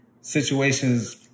situations